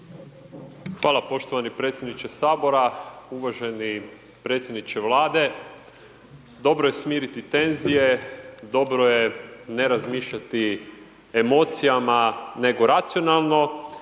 Hvala poštovani predsjedniče Sabora, uvaženi predsjedniče Vlade, dobro je smiriti tenzije, dobro je ne razmišljati emocijama, nego racionalno